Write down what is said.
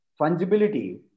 fungibility